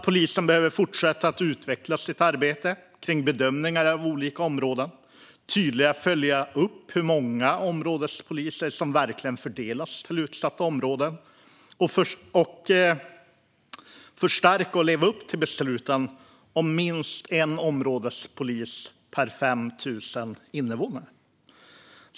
Polisen behöver fortsätta att utveckla sitt arbete kring bedömningar av olika områden, tydligare följa upp hur många områdespoliser som verkligen fördelas till utsatta områden och förstärka för att leva upp till besluten om minst en områdespolis per 5 000 invånare.